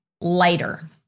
lighter